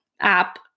app